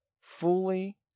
fully